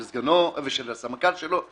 של סגנו ושל הסמנכ"ל שלו,